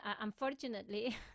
unfortunately